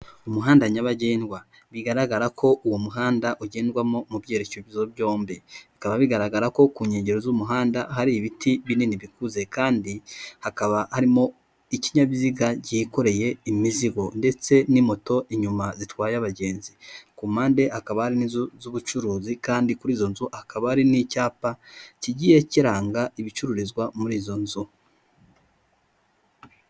Umuhanda nyabagendwa bigaragara ko uwo muhanda ugendwamo mu byerekezo byombi, bikaba bigaragara ko ku nkengero z'umuhanda hari ibiti binini bikuze kandi hakaba harimo ikinyabiziga cyihekoreye imizigo ndetse n'imoto inyuma zitwaye abagenzi, ku mpande hakaba hari n'inzu z'ubucuruzi kandi kuri izo nzu hakaba hari n'icyapa kigiye kiranga ibicururizwa muri izo nzu.